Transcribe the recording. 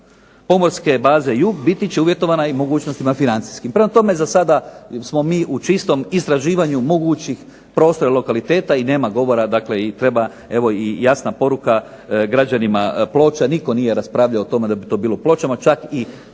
Pomorske baze Jug biti će uvjetovana i mogućnostima financijskim. Prema tome, za sada smo mi u čistom istraživanju mogućih prostora i lokaliteta i nema govora i treba evo i jasna poruka građanima Ploča, nitko nije raspravljao o tome da bi to bilo u Pločama, čak i